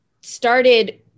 Started